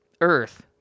earth